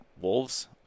wolves